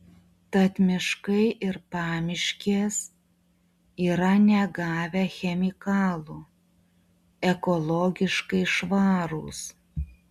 tad miškai ir pamiškės yra negavę chemikalų ekologiškai švarūs